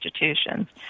institutions